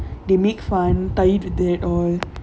they make fun tire the dad all